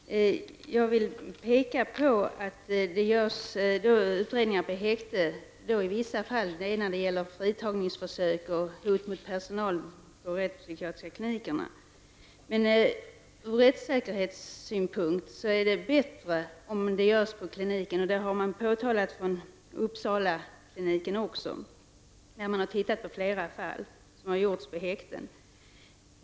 Fru talman! Jag vill peka på att det görs utredningar på häkte i vissa fall -- det är när det gäller fritagningsförsök och hot mot personal på de rättspsykiatriska klinikerna. Men från rättssäkerhetssynpunkt är det bättre om utredningarna görs på kliniken. Det har man påtalat från Uppsalakliniken, när man tittat närmare på flera undersökningar som har gjorts på häkten.